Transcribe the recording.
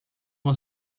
uma